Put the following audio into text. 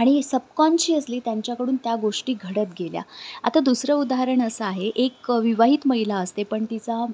आणि सबकॉन्शियसली त्यांच्याकडून त्या गोष्टी घडत गेल्या आता दुसरं उदाहरण असं आहे एक विवाहित महिला असते पण तिचा